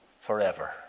forever